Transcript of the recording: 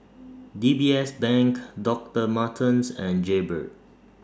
D B S Bank Doctor Martens and Jaybird